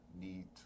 need